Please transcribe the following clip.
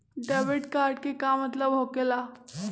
Debit card के का मतलब होकेला?